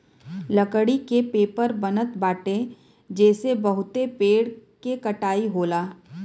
लकड़ी के पेपर बनत बाटे जेसे बहुते पेड़ के कटाई होला